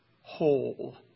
whole